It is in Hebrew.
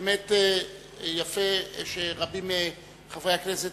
באמת יפה שרבים מחברי הכנסת